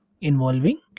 involving